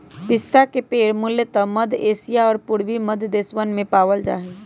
पिस्ता के पेड़ मूलतः मध्य एशिया और पूर्वी मध्य देशवन में पावल जा हई